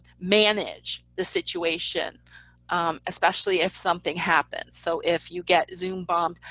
manage the situation especially if something happens. so if you get zoom bombed,